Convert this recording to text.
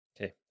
Okay